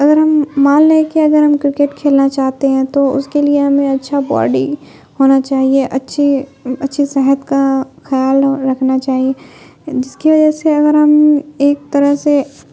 اگر ہم مان لیں کہ اگر ہم کرکٹ کھیلنا چاہتے ہیں تو اس کے لیے ہمیں اچھا باڈی ہونا چاہیے اچھی اچھی صحت کا خیال رکھنا چاہیے جس کی وجہ سے اگر ہم ایک طرح سے